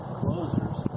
closers